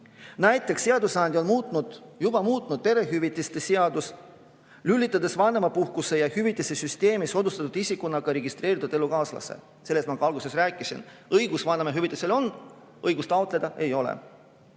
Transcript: Näiteks on seadusandja juba muutnud perehüvitiste seadust, lülitades vanemapuhkuse ja hüvitiste süsteemi soodustatud isikuna ka registreeritud elukaaslase. Sellest ma alguses ka rääkisin. Õigus vanemahüvitisele on, õigust taotleda ei ole.